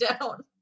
down